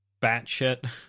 batshit